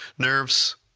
nerves.